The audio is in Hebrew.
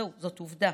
זהו, זאת עובדה.